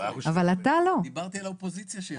דיברתי על האופוזיציה שיכולה.